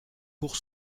pour